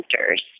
centers